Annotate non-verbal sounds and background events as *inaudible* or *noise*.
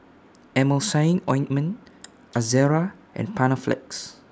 Emulsying Ointment *noise* Ezerra and Panaflex